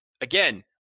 again